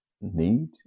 need